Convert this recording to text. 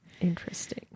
Interesting